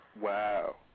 Wow